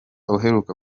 uheruka